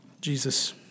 Jesus